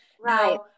Right